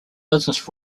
business